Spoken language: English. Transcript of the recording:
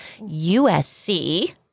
USC